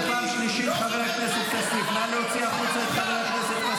אתה בריון אלים, לא חבר כנסת.